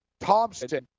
Thompson